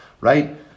Right